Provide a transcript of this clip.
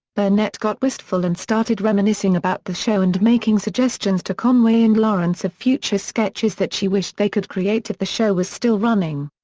burnett got wistful and started reminiscing about the show and making suggestions to conway and lawrence of future sketches that she wished they could create if the show was still running.